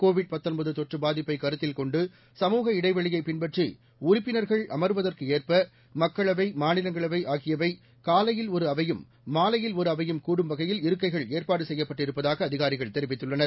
Covid தொற்று பாதிப்பை கருத்தில் கொண்டு சமூக இடைவெளியைப் பின்பற்றி உறுப்பினர்கள் அமர்வதற்கு ஏற்ப மக்களவை மாநிலங்களவை ஆகியவை காலையில் ஒரு அவையும் மாலையில் ஒரு அவையும் கூடும் வகையில் இருக்கைகள் ஏற்பாடு செய்யப்பட்டிருப்பதாக அதிகாரிகள் தெரிவித்துள்ளனர்